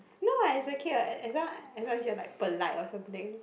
no what it's okay what as long as long as you're like polite or something